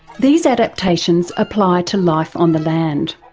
these adaptations apply to life on the land.